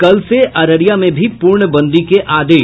कल से अररिया में भी पूर्णबंदी के आदेश